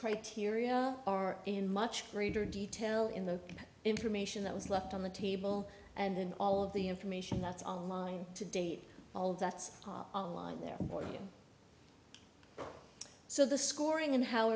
criteria are in much greater detail in the information that was left on the table and then all of the information that's online to date all that's on line there or you so the scoring and how